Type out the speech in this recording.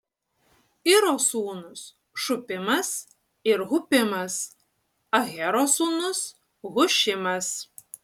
iro sūnūs šupimas ir hupimas ahero sūnus hušimas